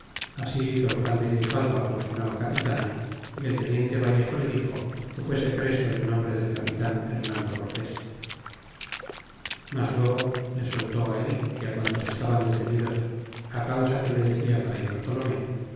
así hizo el juan de grijalva con su nao capitana y el teniente vallejo le dixo que fuese preso en nombre del capitan hernando cortés mas luego le soltó él y quantos estaban detenidos á causa que le de cia r bartolomé